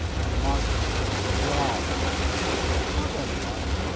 and marx, of course, loved rousseau not only marx,